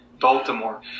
Baltimore